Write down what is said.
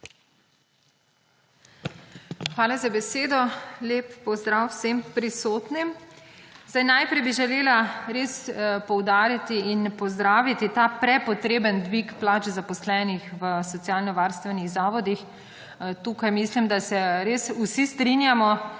Hvala za besedo. Lep pozdrav vsem prisotnim! Zdaj, najprej bi želela res poudariti in pozdraviti ta prepotreben dvig plan zaposlenih v socialnovarstvenih zavodih. Tukaj mislim, da se res vsi strinjamo,